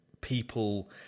People